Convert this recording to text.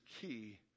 key